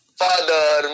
father